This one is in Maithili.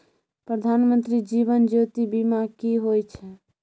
प्रधानमंत्री जीवन ज्योती बीमा की होय छै?